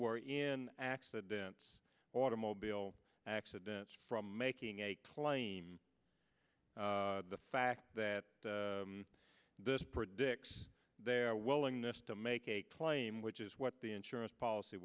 were in accidents automobile accidents from making a claim the fact that this predicts their willingness to make a claim which is what the insurance policy